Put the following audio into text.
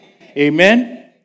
Amen